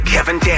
Kevin